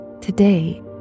today